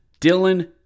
Dylan